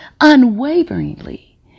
unwaveringly